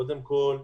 קודם כול,